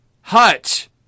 Hutch